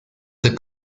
the